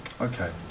Okay